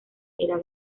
era